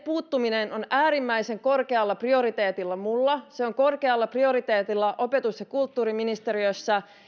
puuttuminen on äärimmäisen korkealla prioriteetilla minulla se on korkealla prioriteetilla opetus ja kulttuuriministeriössä